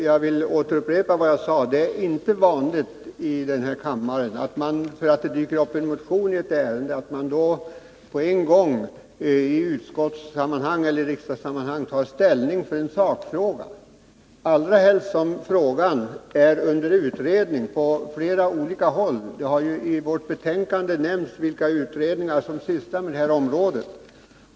Jag vill upprepa att det inte är vanligt att man här i kammaren, därför att det dyker upp en motion i ett ärende, tar ställning i en sakfråga, allra helst om frågan är under utredning på flera olika håll. Vi har i vårt betänkande nämnt vilka utredningar som sysslar med detta område.